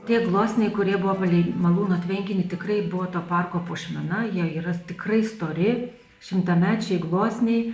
tie gluosniai kurie buvo palei malūno tvenkinį tikrai buvo to parko puošmena jie yra tikrai stori šimtamečiai gluosniai